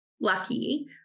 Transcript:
lucky